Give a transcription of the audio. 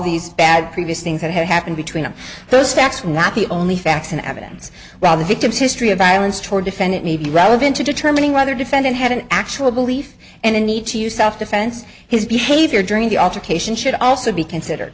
these bad previous things that have happened between those facts not the only facts and evidence while the victim's history of violence toward defendant may be relevant to determining whether defendant had an actual belief and a need to use self defense his behavior during the altercation should also be considered